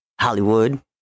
Hollywood